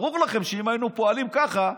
ברור לכם שאם היינו פועלים ככה,